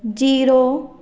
zero